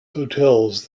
hotels